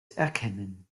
erkennen